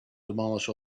demolish